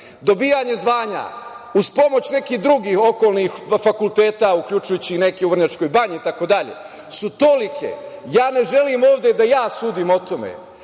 dobijanje zvanja uz pomoć nekih drugih okolnih fakulteta, uključujući i neke u Vrnjačkoj banji itd, su tolike. Ne želim ovde da ja sudim o tome,